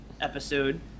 episode